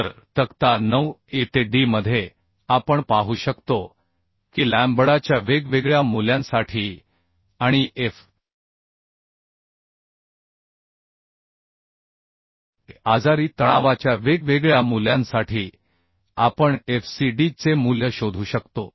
तर तक्ता 9 a ते d मध्ये आपण पाहू शकतो की लॅम्बडाच्या वेगवेगळ्या मूल्यांसाठी आणि F y आजारी तणावाच्या वेगवेगळ्या मूल्यांसाठी आपण F c d चे मूल्य शोधू शकतो